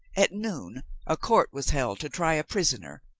at noon a court was held to try a prisoner,